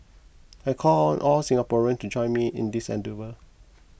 I call on all Singaporeans to join me in this endeavour